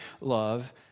love